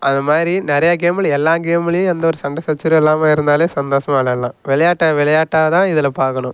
அது மாதிரி நிறையா கேமில் எல்லா கேமிலையும் எந்த ஒரு சண்டை சச்சரவும் இல்லாமல் இருந்தாலே சந்தோஷமா விளையாடலாம் விளையாட்ட விளையாட்டா தான் இதில் பார்க்கணும்